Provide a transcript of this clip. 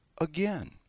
again